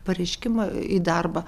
pareiškimą į darbą